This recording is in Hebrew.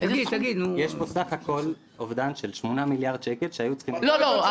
יש פה סך הכול אובדן של 8 מיליארד שקל שהיו צריכים ------ אבל